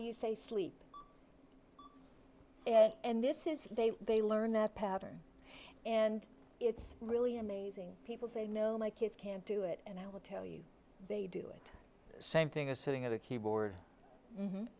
you say sleep and this is they they learned that pattern and it's really amazing people say no my kids can't do it and i will tell you they do it same thing are sitting at a keyboard